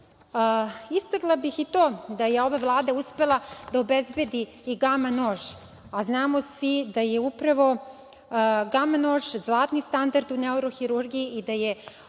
bih i to da je ova Vlada uspela da obezbedi i Gama nož, a znamo svi da je upravo Gama nož zlatni standard u neurohirurgiji, i da je